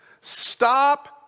Stop